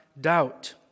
doubt